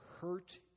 hurt